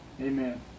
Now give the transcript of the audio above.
amen